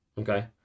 Okay